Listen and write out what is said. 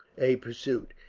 a pursuit.